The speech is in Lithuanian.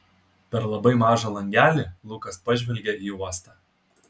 per labai mažą langelį lukas pažvelgė į uostą